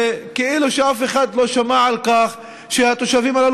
וכאילו שאף אחד לא שמע שהתושבים האלה